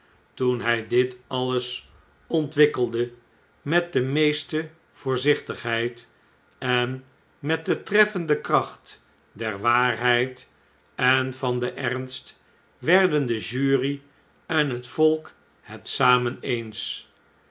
toen lnj dit alles ontwikkelde met de meeste voorzichtigheid en met de treffende kracht der waarheid en van den ernst werden de jury en het volk het saraen